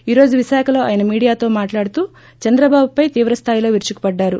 ఈ రోజు విశాఖలో ఆయన మీడియాతో మాట్లాడుతూ చంద్రబాబుపై తీవ్ర స్థాయిలో విరుచుకు పడ్డారు